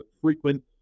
frequent